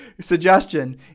suggestion